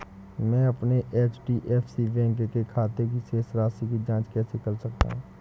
मैं अपने HDFC bank के खाते की शेष राशि की जाँच कैसे कर सकता हूँ?